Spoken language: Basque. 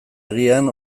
agian